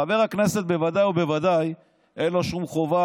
חבר הכנסת בוודאי ובוודאי אין לו שום חובה.